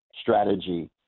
strategy